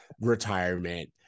retirement